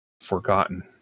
forgotten